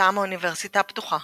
מטעם האוניברסיטה הפתוחה,